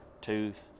tooth